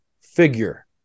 figure